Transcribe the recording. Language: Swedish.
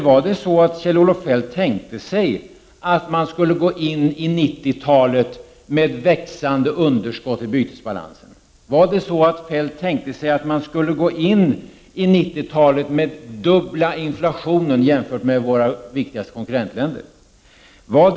Tänkte sig Kjell-Olof Feldt att man skulle gå in i 90-talet med ett växande underskott i bytesbalansen? Tänkte sig Kjell-Olof Feldt att man skulle gå in i 90-talet med en dubbelt så hög inflation som våra konkurrentländer har?